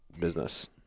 business